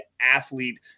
athlete